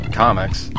comics